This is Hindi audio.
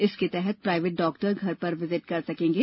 इसके तहत प्रायवेट डॉक्टर घर पर विजिट कर सकेंगे